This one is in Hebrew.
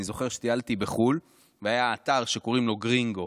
אני זוכר שטיילתי בחו"ל והיה אתר שקוראים לו "גרינגו".